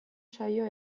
saio